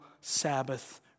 Sabbath